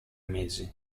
mesi